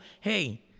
hey